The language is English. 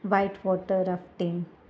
white water rafting